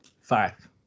Five